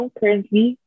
currently